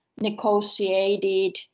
negotiated